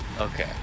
Okay